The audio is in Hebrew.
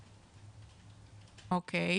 אוקיי,